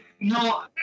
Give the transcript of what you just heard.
no